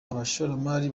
abashoramari